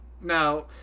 Now